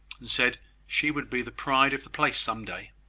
and said she would be the pride of the place some day.